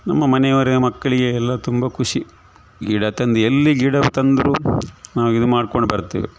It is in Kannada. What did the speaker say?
ನಮ್ಮ ಮನೆಯವರಿಗೆ ಮಕ್ಕಳಿಗೆ ಎಲ್ಲಾ ತುಂಬ ಖುಷಿ ಗಿಡ ತಂದು ಎಲ್ಲಿ ಗಿಡ ತಂದರೂ ನಾವು ಇದು ಮಾಡ್ಕೊಂಡು ಬರ್ತೇವೆ